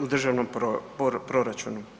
u državnom proračunu.